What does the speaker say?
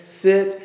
Sit